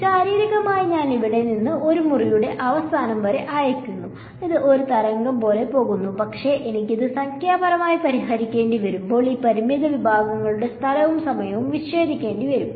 ശാരീരികമായി ഞാൻ ഇവിടെ നിന്ന് ഈ മുറിയുടെ അവസാനം വരെ അയയ്ക്കുന്നു അത് ഒരു തരംഗം പോലെ പോകുന്നു പക്ഷേ എനിക്ക് ഇത് സംഖ്യാപരമായി പരിഹരിക്കേണ്ടിവരുമ്പോൾ ഈ പരിമിത വിഭാഗങ്ങളുടെ സ്ഥലവും സമയവും വിച്ഛേദിക്കേണ്ടിവരും